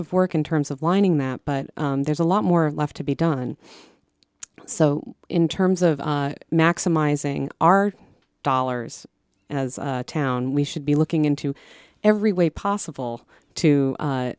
of work in terms of lining that but there's a lot more left to be done so in terms of maximizing our dollars as a town we should be looking into every way possible to